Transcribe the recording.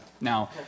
Now